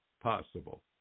possible